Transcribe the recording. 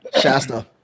Shasta